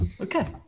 Okay